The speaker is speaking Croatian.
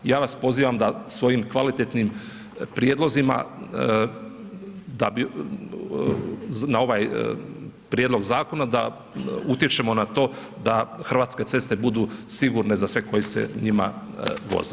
Ja vas pozivam da svojim kvalitetnim prijedlozima, da bi na ovaj prijedlog zakona da utječemo na to da hrvatske ceste budu sigurne za sve koji se njima voze.